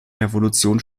revolution